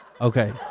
Okay